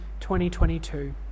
2022